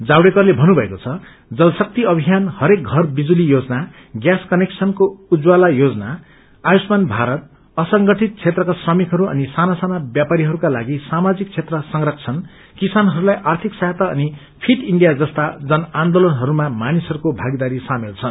जावड़ेकरले थन्नुभएको छ जलशक्ति अभियान हरेक घर विजुली योजना ग्यास कनेक्सानको उज्जवला योजना आयुष्मान भारत असंगठित क्षेत्रमा श्रमिकहरू अनि साना साना व्यापारहरूका लागि सामाजिक क्षेत्र संरक्षण किसानहरूलाई आर्थिक सङ्गयता अनि फिट इण्डिया जस्ता जन आन्दोलनहरूमा मानिसहरूको भागीदारी सामेल छन्